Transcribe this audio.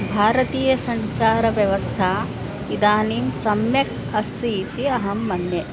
भारतीयसञ्चारव्यवस्था इदानीं सम्यक् अस्ति इति अहं मन्ये